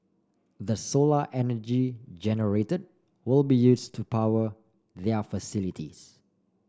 the solar energy generated will be use to power their facilities